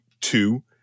two